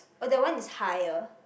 oh that one is higher